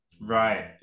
right